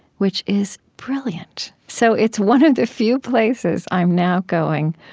which is brilliant. so it's one of the few places i'm now going,